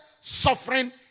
suffering